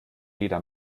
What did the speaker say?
jeder